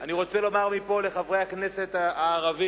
אני רוצה לומר מפה לחברי הכנסת הערבים,